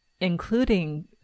including